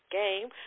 game